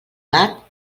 gat